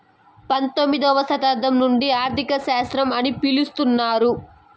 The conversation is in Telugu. పంతొమ్మిదవ శతాబ్దం నుండి ఆర్థిక శాస్త్రం అని పిలుత్తున్నారు